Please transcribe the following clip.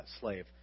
slave